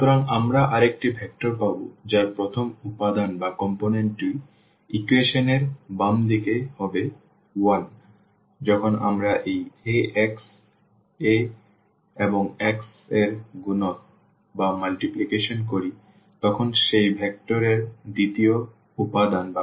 সুতরাং আমরা আরেকটি ভেক্টর পাব যার প্রথম উপাদানটি ইকুয়েশন এর এই বাম দিকের হবে 1 যখন আমরা এই Ax A এবং x গুণক করি তখন সেই ভেক্টর এর দ্বিতীয় উপাদান